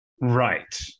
Right